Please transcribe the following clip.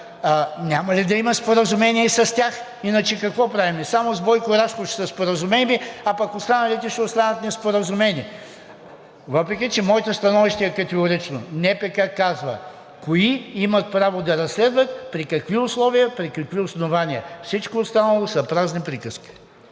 няма ли да има споразумение и с тях? Иначе какво правим? Само с Бойко Рашков ще се споразумеем, а пък останалите ще останат неспоразумени. Въпреки че моето становище е категорично – НПК казва кои имат право да разследват, при какви условия, при какви основания, всичко останало са празни приказки.